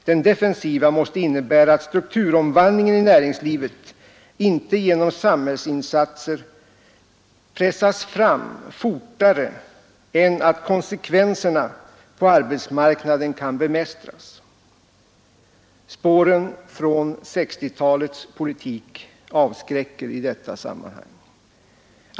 Den defensiva måste innebära att strukturomvandlingen i näringslivet inte genom samhällsinsatser pressas fram fortare än att konsekvenserna på arbetsmarknaden kan bemästras. Spåren från 1960-talets politik avskräcker i detta sammanhang.